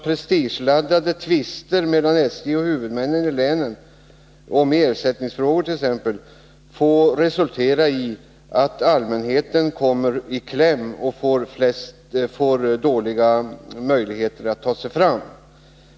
Prestigeladdade tvister mellan SJ och huvudmännen i länen, t.ex. om ersättningsfrågor, får inte resultera i att allmänheten kommer i kläm och får dåliga möjligheter att ta sig fram.